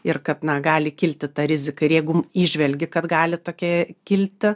ir kad na gali kilti ta rizika ir jeigu įžvelgi kad gali tokia kilti